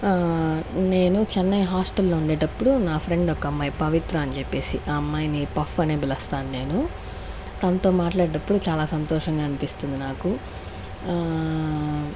నేను చెన్నై హాస్టల్ లో ఉండేటప్పుడు నా ఫ్రెండ్ ఒక అమ్మాయి పవిత్ర అని చెప్పేసి ఆ అమ్మాయిని పఫ్ అనే పిలుస్తాను నేను తన్తో మాట్లాడేటప్పుడు చాలా సంతోషంగా అనిపిస్తుంది నాకు